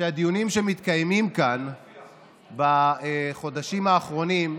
שהדיונים שמתקיימים כאן בחודשים האחרונים,